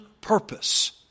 purpose